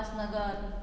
Upasnagar